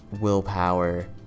willpower